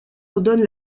ordonne